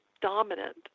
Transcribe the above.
dominant